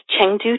Chengdu